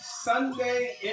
Sunday